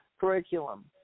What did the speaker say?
curriculum